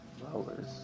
flowers